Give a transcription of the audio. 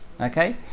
Okay